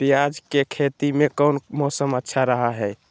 प्याज के खेती में कौन मौसम अच्छा रहा हय?